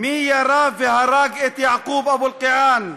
מי ירה והרג את יעקוב אבו אלקיעאן?